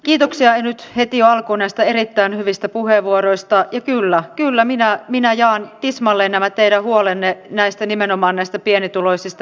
samalla koulu kykenee tukemaan paremmin oppilaita tiedonhaussa ja kyllä kyllä minä minä jaan tismalleen nämä teidän huolenne näistä tiedon käsittelyssä monipuolisesti